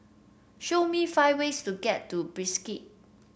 show me five ways to get to Bishkek